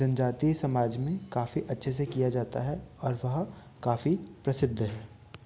जनजातीय समाज में काफ़ी अच्छे से किया जाता है और वह काफ़ी प्रसिद्ध है